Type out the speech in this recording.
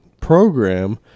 program